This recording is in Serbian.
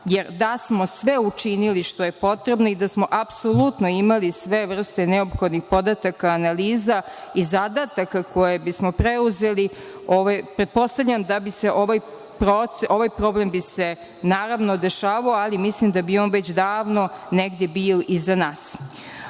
Jer, da smo sve učinili što je potrebno i da smo apsolutno imali sve vrste neophodnih podataka, analiza i zadataka koje bismo preuzeli, pretpostavljam da bi se ovaj problem dešavao ali mislim da bi on već davno negde bio iza nas. Što